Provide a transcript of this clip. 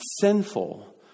sinful